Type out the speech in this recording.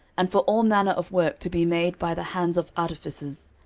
and for all manner of work to be made by the hands of artificers.